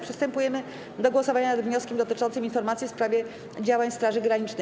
Przystępujemy do głosowania nad wnioskiem dotyczącym informacji w sprawie działań Straży Granicznej.